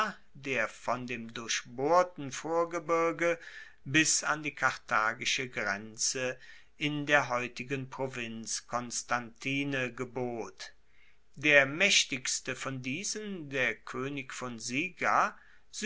der von dem durchbohrten vorgebirge bis an die karthagische grenze in der heutigen provinz constantine gebot der maechtigste von diesen der koenig von siga